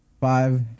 five